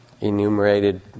enumerated